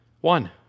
one